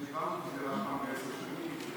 דיברנו שזה רק פעם בעשר שנים.